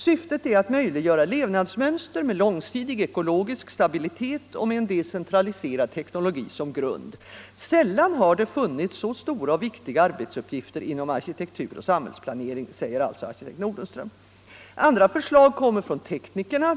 ——— Syftet är att möjliggöra levnadsmönster med långsiktig ekologisk stabilitet och med en decentraliserad teknologi som grund. Sällan har det funnits så stora och viktiga arbetsuppgifter inom arkitektur och samhällsplanering.” Andra förslag i samma riktning kommer från teknikerna.